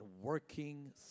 working